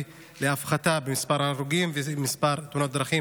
להפחתה במספר ההרוגים ובמספר תאונות הדרכים.